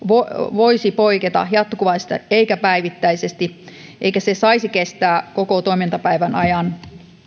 voisi poiketa jatkuvasti eikä päivittäisesti eikä se saisi kestää koko toimintapäivän ajan